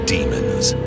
Demons